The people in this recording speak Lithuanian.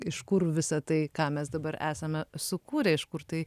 iš kur visa tai ką mes dabar esame sukūrę iš kur tai